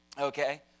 Okay